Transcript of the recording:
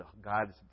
God's